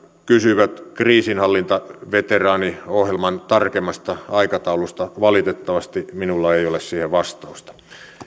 kysyivät kriisinhallintaveteraaniohjelman tarkemmasta aikataulusta valitettavasti minulla ei ole siihen vastausta